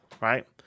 right